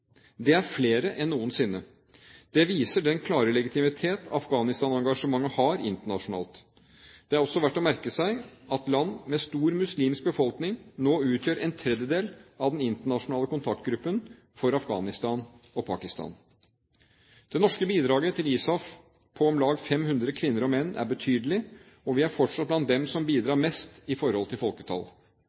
Det er flere enn noensinne. Det viser den klare legitimitet Afghanistan-engasjementet har internasjonalt. Det er også verdt å merke seg at land med stor muslimsk befolkning nå utgjør en tredjedel av den internasjonale kontaktgruppen for Afghanistan og Pakistan. Det norske bidraget til ISAF på om lag 500 kvinner og menn er betydelig, og vi er fortsatt blant dem som bidrar mest i forhold til